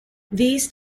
these